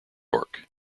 york